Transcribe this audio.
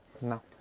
No